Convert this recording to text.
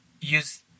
use